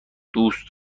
دوست